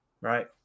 right